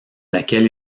laquelle